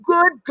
Good